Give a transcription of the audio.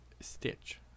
Stitch